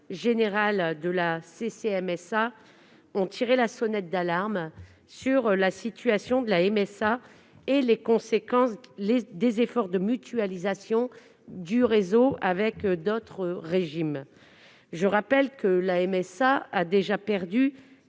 agricole (CCMSA) ont tiré la sonnette d'alarme sur la situation de la MSA et les conséquences des efforts de mutualisation du réseau avec d'autres régimes. Je rappelle que cet organisme a déjà perdu